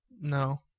No